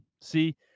see